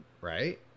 right